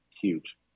huge